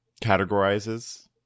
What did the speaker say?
categorizes